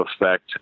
effect